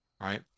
right